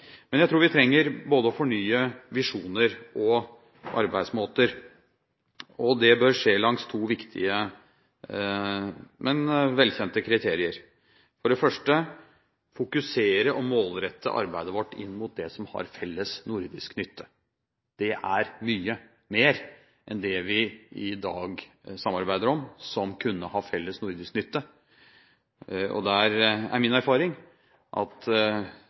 Men jeg tror vi trenger å fornye både visjoner og arbeidsmåter, og det bør skje langs to viktige, men velkjente kriterier. For det første: fokusere og målrette arbeidet vårt inn mot det som har felles nordisk nytte. Det er mye mer enn det vi i dag samarbeider om, som kunne ha felles nordisk nytte, og der er min erfaring at